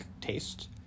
taste